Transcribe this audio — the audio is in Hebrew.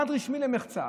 מעמד רשמי למחצה.